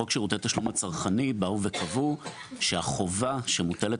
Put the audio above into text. בחוק שירותי תשלום הצרכני באו וקבעו שהחובה המוטלת